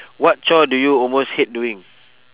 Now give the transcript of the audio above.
what chore do you almost hate doing